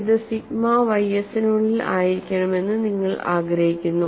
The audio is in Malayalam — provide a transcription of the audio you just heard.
ഇത് സിഗ്മ ys നുള്ളിൽ ആയിരിക്കണമെന്ന് നിങ്ങൾ ആഗ്രഹിക്കുന്നു